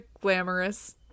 glamorous